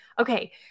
Okay